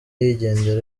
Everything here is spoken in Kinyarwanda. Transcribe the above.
yigendera